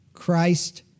Christ